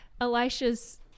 Elisha's